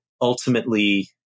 ultimately